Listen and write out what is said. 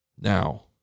Now